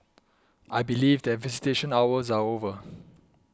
I believe that visitation hours are over